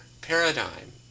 paradigm